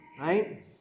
right